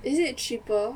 is it cheaper